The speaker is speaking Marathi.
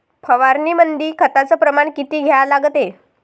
फवारनीमंदी खताचं प्रमान किती घ्या लागते?